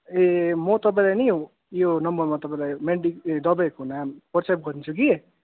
ए म तपाईँलाई नि यो नम्बरमा तपाईँलाई मेन्डी ए दवाईहरूको नाम वाट्सएप गरिदिन्छु कि